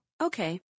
Okay